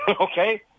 Okay